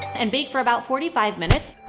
and bake for about forty five minutes.